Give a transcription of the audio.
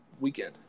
weekend